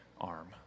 arm